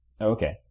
Okay